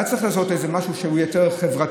היה צריך לעשות איזה משהו שהוא יותר חברתי,